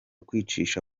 kwicisha